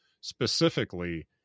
specifically